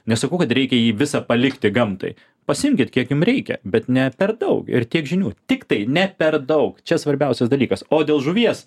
nesakau kad reikia jį visą palikti gamtai pasiimkit kiek jum reikia bet ne per daug ir tiek žinių tiktai ne per daug čia svarbiausias dalykas o dėl žuvies